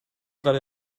gerade